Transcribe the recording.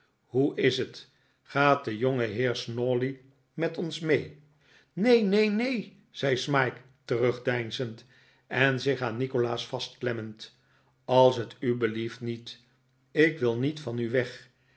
hoe is het gaat de jongeheer snawley met ons mee neen neen neen zei smike terugdeinzend en zich aan nikolaas vastklemmend als t u belieft niet ik wil niet van u weg